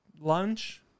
lunch